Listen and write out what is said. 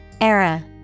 Era